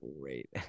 great